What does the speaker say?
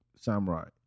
samurai